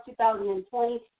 2020